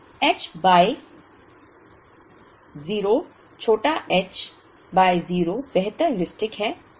तो h by O छोटा h by O बेहतर हेयुरिस्टिक है